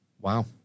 Wow